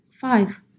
five